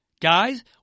Guys